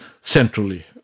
centrally